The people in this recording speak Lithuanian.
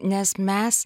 nes mes